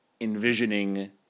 envisioning